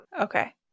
Okay